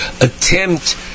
attempt